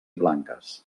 blanques